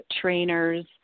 trainers